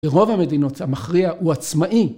ורוב המדינות המכריע הוא עצמאי.